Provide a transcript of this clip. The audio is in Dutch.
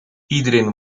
iedereen